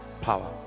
Power